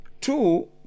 Two